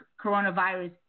coronavirus